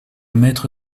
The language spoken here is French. maître